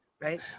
right